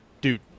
dude